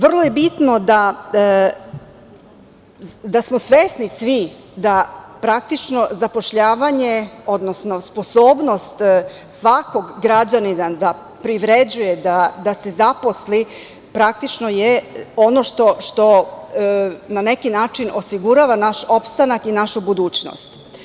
Vrlo je bitno da smo svesni svi, da praktično zapošljavanje, odnosno sposobnost svakog građanina da privređuje da zaposli, praktično je ono što na neki način osigurava naš opstanak i našu budućnost.